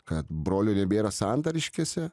kad brolio nebėra santariškėse